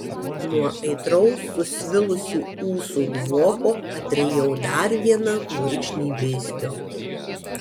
nuo aitraus susvilusių ūsų dvoko atrijau dar vieną gurkšnį viskio